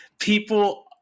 people